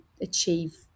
achieve